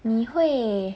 你会